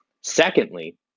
Secondly